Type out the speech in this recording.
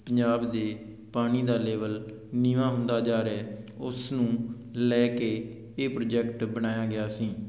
ਪੰਜਾਬ ਦੇ ਪਾਣੀ ਦਾ ਲੇਵਲ ਨੀਵਾਂ ਹੁੰਦਾ ਜਾ ਰਿਹਾ ਉਸ ਨੂੰ ਲੈ ਕੇ ਇਹ ਪ੍ਰੋਜੈਕਟ ਬਣਾਇਆ ਗਿਆ ਸੀ